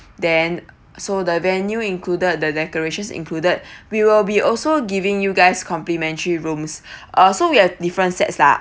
then so the venue included the decorations included we will be also giving you guys complimentary rooms uh so we have different sets lah